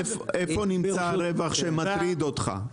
איפה נמצא הרווח שמטריד אותך?